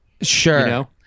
Sure